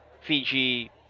Fiji